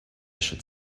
should